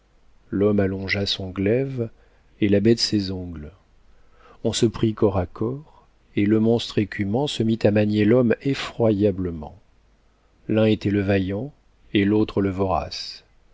l'homme allongea son glaive et la bête ses ongles on se prit corps à corps et le monstre écumant se mit à manier l'homme effroyablement l'un était le vaillant et l'autre le vorace